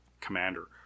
commander